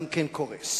גם כן קורס,